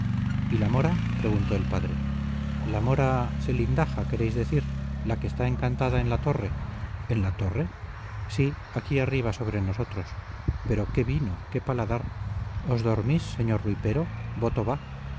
y la mora preguntó el padre la mora zelindaja queréis decir la que está encantada en la torre en la torre sí aquí arriba sobre nosotros pero qué vino qué paladar os dormís señor rui pero voto va